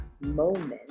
moment